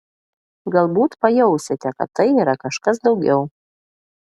galbūt pajausite kad tai yra kažkas daugiau